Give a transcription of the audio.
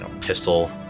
pistol